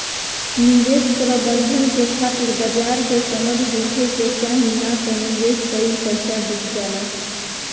निवेश प्रबंधन के खातिर बाजार के समझ होखे के चाही नात निवेश कईल पईसा डुब जाला